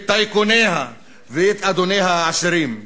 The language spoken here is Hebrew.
ואת טייקוניה ואת אדוניה העשירים.